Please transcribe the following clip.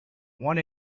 one